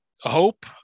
hope